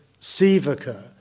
Sivaka